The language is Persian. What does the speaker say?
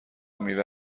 میوه